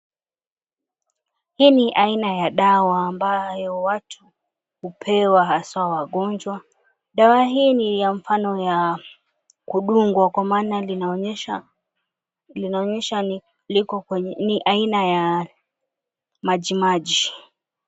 Hii ni aina ya dawa ambayo watu hupewa hasa wagonjwa dawa hii ni ya mfano ya kudungwa kwa maana linaonyesha linaonyesha liko kwenye ni aina ya majimaji.